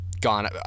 gone